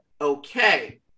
Okay